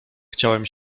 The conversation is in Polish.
chciałem